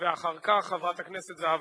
ואחר כך, חברת הכנסת זהבה גלאון.